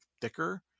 thicker